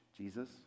Jesus